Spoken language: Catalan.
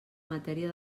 matèria